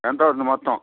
ఎంత అవుతుంది మొత్తం